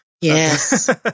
yes